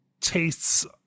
tastes